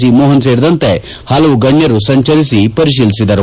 C Mohan ಸೇರಿದಂತೆ ಪಲವು ಗಣ್ಣರು ಸಂಚರಿಸಿ ಪರಿಶೀಲಿಸಿದರು